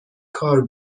کار